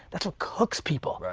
that's what cooks people,